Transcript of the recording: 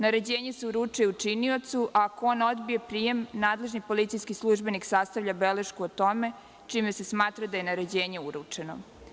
Naređenje se uručuje učiniocu, a ako on odbije prijem, nadležni policijski službenik sastavlja belešku o tome, čime se smatra da je naređenje uručeno.